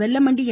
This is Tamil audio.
வெல்லமண்டி என்